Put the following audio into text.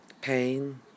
pain